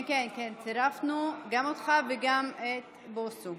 כן, צירפנו גם אותך וגם את בוסו.